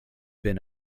been